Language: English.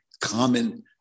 common